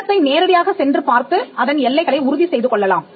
நிலத்தை நேரடியாக சென்று பார்த்து அதன் எல்லைகளை உறுதி செய்து கொள்ளலாம்